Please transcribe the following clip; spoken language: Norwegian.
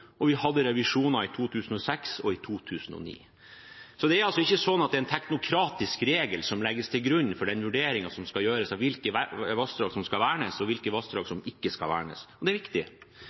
og vi hadde revisjoner i 2005 og i 2009. Det er altså ikke sånn at det er en teknokratisk regel som legges til grunn for den vurderingen som skal gjøres av hvilke vassdrag som skal vernes, og hvilke vassdrag som ikke skal vernes. Det er viktig.